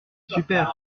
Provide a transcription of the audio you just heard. super